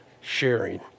sharing